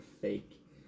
fake